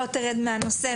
לא תרד מהנושא,